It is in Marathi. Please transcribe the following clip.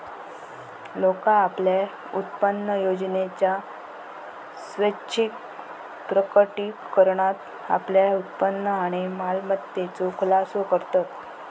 लोका आपल्या उत्पन्नयोजनेच्या स्वैच्छिक प्रकटीकरणात आपल्या उत्पन्न आणि मालमत्तेचो खुलासो करतत